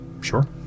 Sure